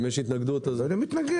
אם יש התנגדות, אז --- אני לא מתנגד.